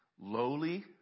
lowly